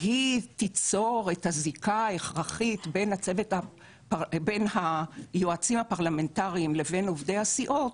היא תיצור את הזיקה ההכרחית בין היועצים הפרלמנטריים לבין עובדי הסיעות,